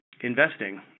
investing